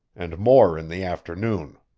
and more in the afternoon.